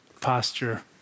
posture